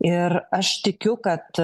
ir aš tikiu kad